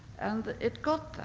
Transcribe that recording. and it got there,